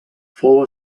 fou